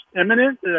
imminent